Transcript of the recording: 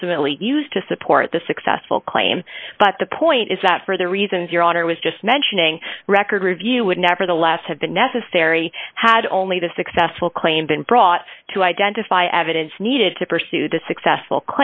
ultimately used to support the successful claim but the point is that for the reasons your honor was just mentioning record review would nevertheless have been necessary had only the successful claim been brought to identify evidence needed to pursue the successful